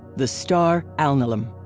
the star alnilam,